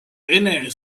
vene